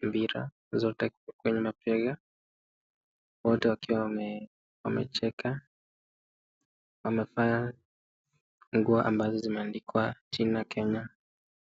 mpira zote kwenye mabega. wote wakiwa wamecheka wamevaa nguo ambazo zimeandikwa jina Kenya.